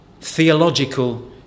theological